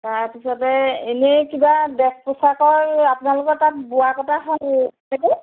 তাৰপিছতে এনেই কিবা ড্ৰেছ পোছাকৰ আপোনালোকৰ তাত বোৱা কটা